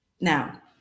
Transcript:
Now